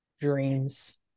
dreams